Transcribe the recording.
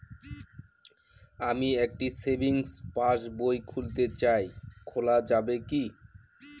আমি একটি savings passbook খুলতে চাই খোলা যাবে কি?